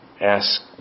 ask